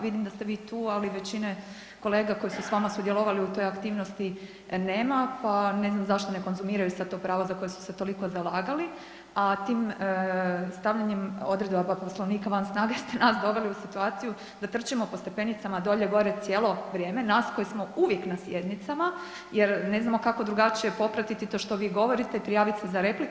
Vidim da ste vi tu, ali većine kolega koji su s vama sudjelovali u toj aktivnosti nema, pa ne znam zašto ne konzumiraju sad to pravo za koje su se toliko zalagali, a tim stavljanjem odredaba Poslovnika van snage ste nas doveli u situaciju da trčimo po stepenicama dolje gore cijelo vrijeme, nas koji smo uvijek na sjednicama jer ne znamo kako drugačije popratiti to što vi govorite i prijavit se za repliku.